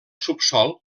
subsòl